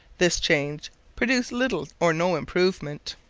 this change produced little or no improvement.